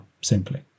simply